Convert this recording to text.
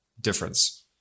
difference